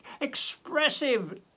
expressive